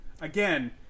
Again